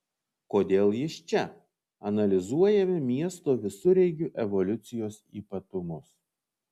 kodėl jis čia analizuojame miesto visureigių evoliucijos ypatumus